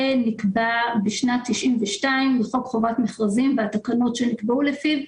זה נקבע בשנת 1992 בחוק חובת מכרזים והתקנות שנקבעו לפיו.